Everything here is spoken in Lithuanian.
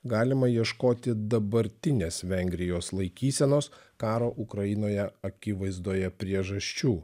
galima ieškoti dabartinės vengrijos laikysenos karo ukrainoje akivaizdoje priežasčių